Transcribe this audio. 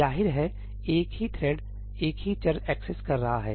जाहिर है एक ही थ्रेड एक ही चर एक्सेस कर रहा है